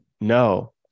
no